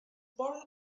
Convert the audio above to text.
born